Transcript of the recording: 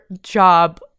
job